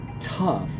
tough